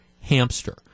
hamster